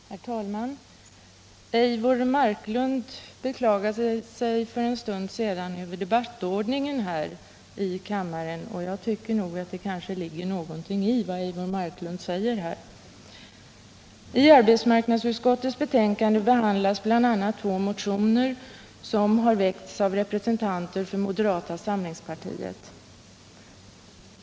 Herr talman! Eivor Marklund beklagade sig för en stund sedan över debattordningen här i kammaren, och jag tycker nog att det ligger någonting i vad hon sade. Arbetsmarknadsutskottets betänkande behandlar bl.a. två motioner som väckts av representanter för moderata samlingspartiet.